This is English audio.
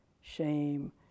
shame